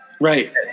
Right